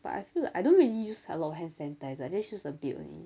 but I feel like I don't really use like a lot of hand sanitizer I just use a bit only